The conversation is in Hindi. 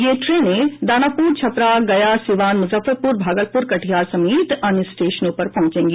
ये ट्रेने दानापुर छपरा गया सीवान मुजफ्फरपुर भागलपुर कटिहार समेत अन्य स्टेशनों पर पहुंचेगी